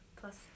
plus